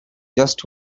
just